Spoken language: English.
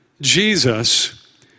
Jesus